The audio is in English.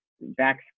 back